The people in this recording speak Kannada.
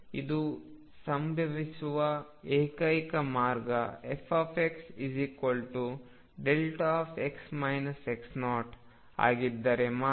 ಇದು ಸಂಭವಿಸುವ ಏಕೈಕ ಮಾರ್ಗ fxδ ಆಗಿದ್ದರೆ ಮಾತ್ರ